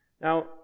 Now